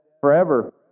forever